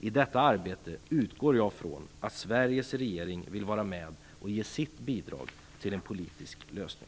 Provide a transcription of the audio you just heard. I detta arbete utgår jag från att Sveriges regering vill vara med och ge sitt bidrag till en politisk lösning.